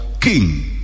king